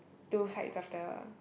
two sides of the